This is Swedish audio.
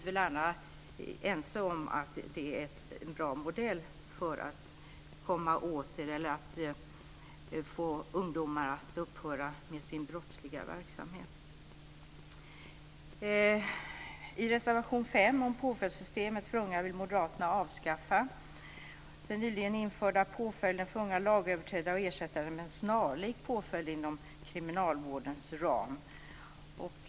Vi är ense om att det är en bra modell för att få ungdomar att upphöra med sin brottsliga verksamhet. I reservation 5 om påföljdssystemet för unga vill moderaterna avskaffa den nyligen införda påföljden för unga lagöverträdare och ersätta den med en snarlik påföljd inom kriminalvårdens ram.